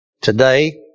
today